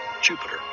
jupiter